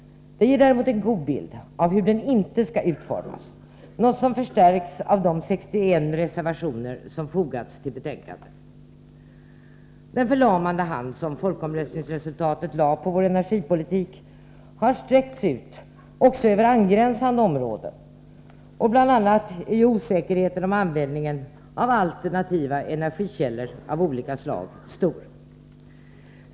Det ger däremot en god bild av hur den inte skall utformas, något som förstärks av de 61 reservationer som fogats till betänkandet. Den förlamande hand som folkomröstningsresultatet lade på vår energipolitik har sträckts ut även över angränsande områden. Bl. a. är osäkerheten stor om användningen av alternativa energikällor av olika slag.